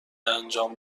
انجام